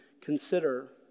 consider